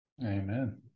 amen